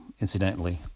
incidentally